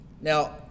Now